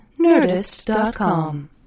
nerdist.com